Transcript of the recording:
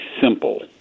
simple